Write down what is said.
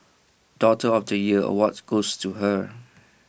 daughter of the year awards goes to her